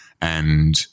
and-